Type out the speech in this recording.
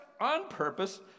on-purpose